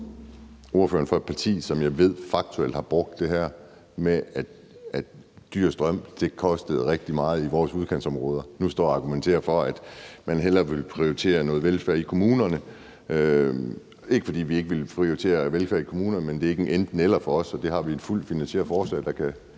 ordføreren for et parti, som jeg faktuelt ved har brugt det her med, at strøm kostede rigtig meget i vores udkantsområder, nu står og argumenterer for, at man hellere vil prioritere noget velfærd i kommunerne. Det er ikke, fordi vi ikke vil prioritere velfærd i kommunerne, men det er ikke et enten-eller for os. Det har vi et fuldt finansieret forslag, der kan